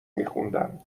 میخوندم